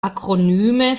akronyme